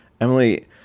Emily